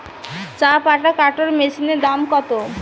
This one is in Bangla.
চাপাতা কাটর মেশিনের দাম কত?